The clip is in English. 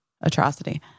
atrocity